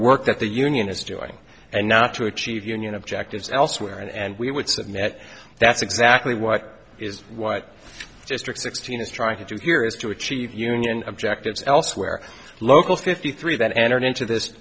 work that the union is doing and not to achieve union objectives elsewhere and we would submit that's exactly what is what district sixteen is trying to do here is to achieve union objectives elsewhere local fifty three that entered into this